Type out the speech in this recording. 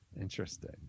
Interesting